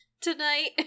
tonight